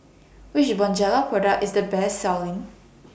Which Bonjela Product IS The Best Selling